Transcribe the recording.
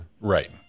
Right